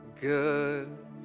good